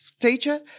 teacher